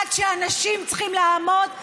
עד שאנשים צריכים לעמוד,